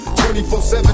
24-7